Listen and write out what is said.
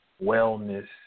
wellness